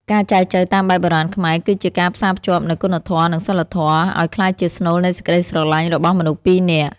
ការចែចូវតាមបែបបុរាណខ្មែរ គឺជាការផ្សារភ្ជាប់នូវ "គុណធម៌ និងសីលធម៌" ឱ្យក្លាយជាស្នូលនៃសេចក្ដីស្រឡាញ់របស់មនុស្សពីរនាក់។